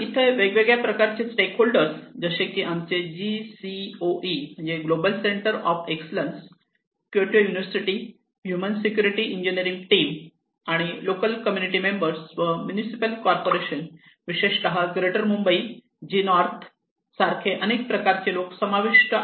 आणि इथे वेगवेगळ्या प्रकारचे स्टेकहोल्डर्स जसे की आमचे GCOE म्हणजेच global centre of excellence Kyoto university human security engineering team आणि लोकल कम्युनिटी मेंबर्स व म्युनिसिपल कार्पोरेशन विशेषतः ग्रेटर मुंबई G नॉर्थ सारखे अनेक प्रकारचे लोक समाविष्ट आहेत